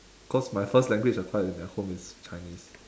cause my first language acquired at home is chinese